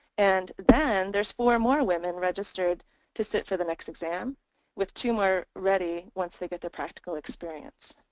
and then there's four more women registered to sit for the next exam with two more ready once they get their practical experience.